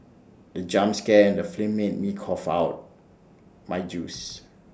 the jump scare in the film made me cough out my juice